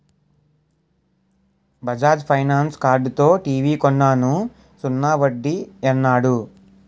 Bajaj finance కార్డుతో TV కొన్నాను సున్నా వడ్డీ యన్నాడు